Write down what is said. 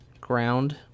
ground